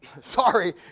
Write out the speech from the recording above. sorry